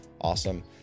awesome